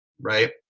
right